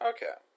Okay